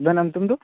ᱟᱵᱮᱱᱟᱜ ᱧᱩᱛᱩᱢ ᱫᱚ